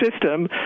system